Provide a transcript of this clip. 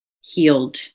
healed